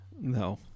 no